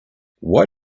why